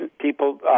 people